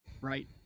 right